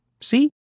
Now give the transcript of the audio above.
See